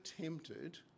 tempted